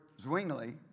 Zwingli